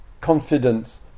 confidence